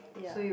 ya